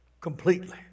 completely